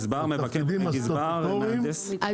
העובדים הסטטוטוריים,